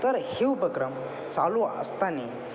तर हे उपक्रम चालू असताना